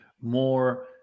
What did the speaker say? more